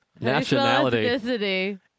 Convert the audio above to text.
Nationality